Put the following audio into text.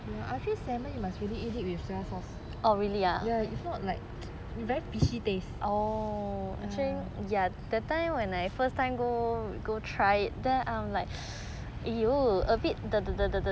I feel salmon you must really eat it with soya sauce ya if not like very fishy taste ya